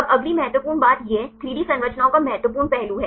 अब अगली महत्वपूर्ण बात यह 3 डी संरचनाओं का महत्वपूर्ण पहलू है